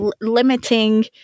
limiting